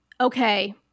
okay